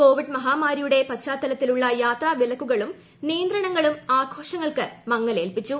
Covid മഹാമാരിയുടെ പശ്ചാത്തലത്തിലുള്ള യാത്രാവിലക്കുകളും നിയന്ത്രണങ്ങളും ആഘോഷങ്ങൾക്ക് മങ്ങലേൽപ്പിച്ചു